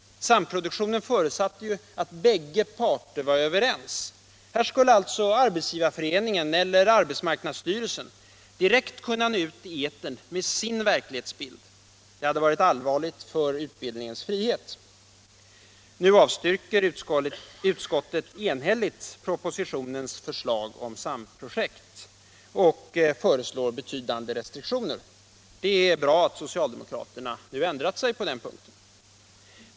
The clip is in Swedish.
Samproduktionen förutsatte ju att bägge parter var överens. Här skulle alltså Arbetsgivareföreningen eller arbetsmarknadsstyrelsen direkt kunna nå ut i etern med sin verklighetsbild. Det hade varit allvarligt för utbildningens frihet. Nu avstyrker utskottet enhälligt propositionens förslag om samprojekt och föreslår betydande restriktioner. Det är bra att socialdemokraterna nu ändrat sig på den punkten.